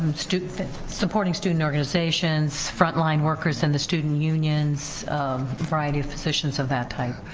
students supporting, student organizations, frontline workers, and the student union's, a variety of positions of that type.